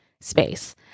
space